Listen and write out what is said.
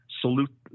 salute